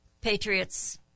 Patriots